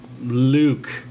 Luke